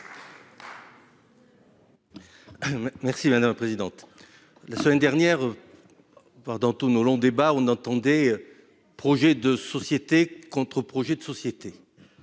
Merci madame la présidente. La semaine dernière. Pendant, dans tous nos longs débats on entendait. Projet de société contre-projet de société.